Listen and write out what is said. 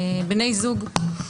בני זוג,